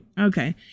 Okay